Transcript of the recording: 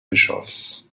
bischofs